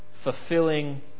fulfilling